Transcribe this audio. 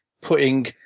putting